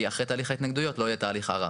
כי אחרי תהליך ההתנגדויות לא יהי התהליך הערר.